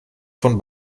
von